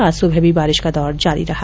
आज सुबह भी बारिश का दौर जारी रहा